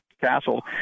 Castle